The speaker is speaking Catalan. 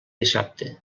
dissabte